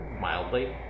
mildly